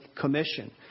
commission